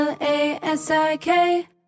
L-A-S-I-K